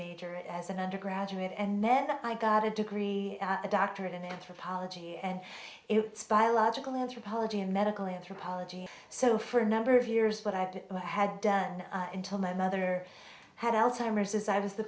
major as an undergraduate and then i got a degree a doctorate in anthropology and style logical anthropology in medical anthropology so for a number of years but i had done until my mother had alzheimer's as i was the